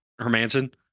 Hermanson